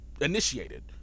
initiated